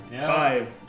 Five